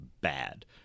bad